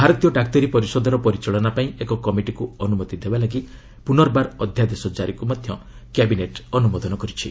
ଭାରତୀୟ ଡାକ୍ତରୀ ପରିଷଦର ପରିଚାଳନା ପାଇଁ ଏକ କମିଟିକୁ ଅନୁମତି ଦେବାପାଇଁ ପୁର୍ନବାର ଅଧ୍ୟାଦେଶ କାରିକୁ ମଧ୍ୟ କ୍ୟାବିନେଟ୍ ଅନୁମୋଦନ କରିଛି